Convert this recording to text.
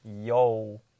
Yo